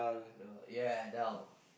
no yeah yeah dull